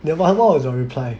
then what was your reply